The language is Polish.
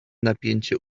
napięcie